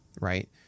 right